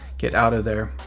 get out of there.